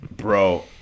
Bro